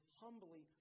humbly